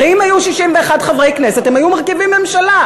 הרי אם היו 61 חברי כנסת הם היו מרכיבים ממשלה.